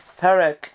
Perek